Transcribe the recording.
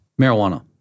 Marijuana